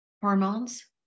hormones